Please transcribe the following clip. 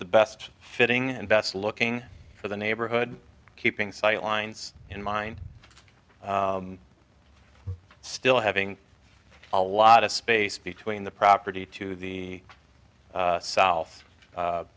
the best fitting and best looking for the neighborhood keeping sight lines in mind still having a lot of space between the property to the south